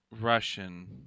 Russian